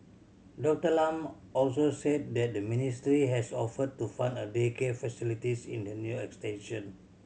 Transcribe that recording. Doctor Lam also said that the ministry has offered to fund a daycare facilities in the new extension